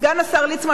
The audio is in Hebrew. סגן השר ליצמן,